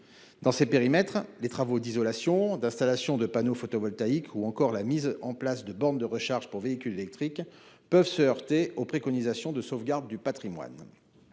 Dans de tels périmètres, les travaux d'isolation, d'installation de panneaux photovoltaïques ou encore la mise en place de bornes de recharge pour véhicules électriques peuvent se heurter aux préconisations de sauvegarde du patrimoine.